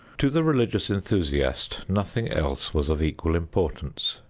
to the religious enthusiast nothing else was of equal importance.